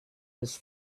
his